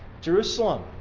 Jerusalem